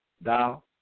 thou